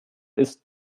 ist